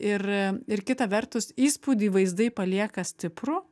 ir ir kita vertus įspūdį vaizdai palieka stiprų